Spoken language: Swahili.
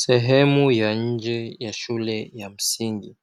Sehemu ya nje ya shule ya msingi